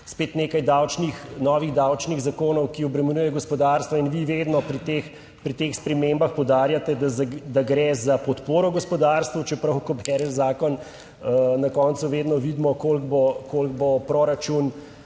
spet nekaj davčnih, novih davčnih zakonov, ki obremenjuje gospodarstvo. In vi vedno pri teh, pri teh spremembah poudarjate, da gre za podporo gospodarstvu, čeprav, ko bereš zakon, na koncu vedno vidimo koliko bo, koliko